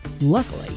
Luckily